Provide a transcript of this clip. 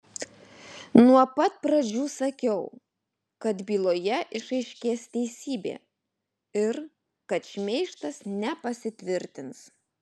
nuo pat pradžių sakiau kad byloje išaiškės teisybė ir kad šmeižtas nepasitvirtins